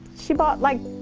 she bought like.